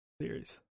series